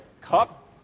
cup